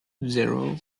zero